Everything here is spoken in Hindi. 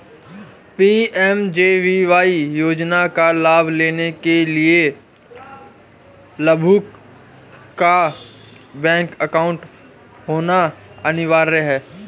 पी.एम.जे.बी.वाई योजना का लाभ लेने के लिया लाभुक का बैंक अकाउंट होना अनिवार्य है